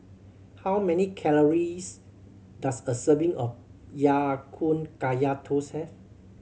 how many calories does a serving of Ya Kun Kaya Toast have